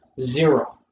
zero